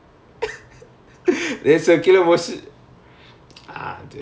oh okay okay but they will ask you to explain it right